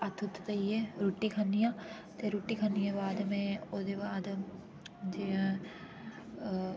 हत्थ हुत्थ धोइयै रुट्टी ख'न्नी आं ते रुट्टी खाने बाद में ओह्दे बाद में अ